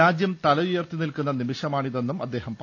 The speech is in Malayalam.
രാജ്യം തല യുയർത്തി നിൽക്കുന്ന നിമിഷമാണിതെന്നും അദ്ദേഹം പറഞ്ഞു